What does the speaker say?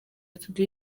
atatu